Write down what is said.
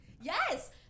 Yes